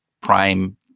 prime